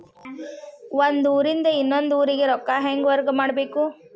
ಒಂದ್ ಊರಿಂದ ಇನ್ನೊಂದ ಊರಿಗೆ ರೊಕ್ಕಾ ಹೆಂಗ್ ವರ್ಗಾ ಮಾಡ್ಬೇಕು?